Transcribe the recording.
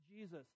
Jesus